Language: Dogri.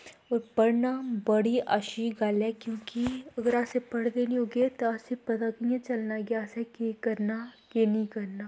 होर पढ़ना बड़ी अच्छी गल्ल ऐ क्योंकि अगर अस पढ़े दे नेईं होगे ते असें गी पता कि'यां चलना असें केह् करना केह् नेईं करना